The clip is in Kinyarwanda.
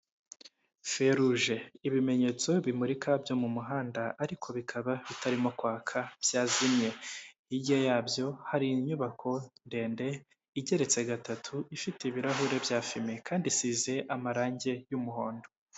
Feruje, ibimenyetso bimurika byo mu muhanda ariko bikaba bitarimo kwaka byazimye, hirya yabyo hari inyubako ndende igeretse gatatu ifite ibirahuri bya fime kandi isize amarangi y'umuhondo.